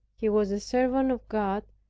he was a servant of god,